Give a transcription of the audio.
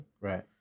Right